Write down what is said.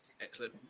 Excellent